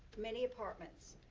many apartments.